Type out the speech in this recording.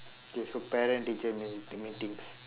okay so parent-teacher meetings